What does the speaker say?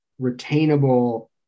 retainable